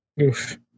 Oof